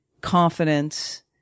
confidence